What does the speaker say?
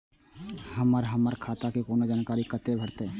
हमरा हमर खाता के कोनो जानकारी कते भेटतै